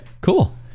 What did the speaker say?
cool